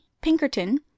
Pinkerton